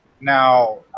now